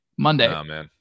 Monday